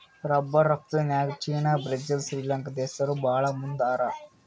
rubber ರಫ್ತುನ್ಯಾಗ್ China Brazil Sri Lanka ದೇಶ್ದವ್ರು ಭಾಳ್ ಮುಂದ್ ಹಾರ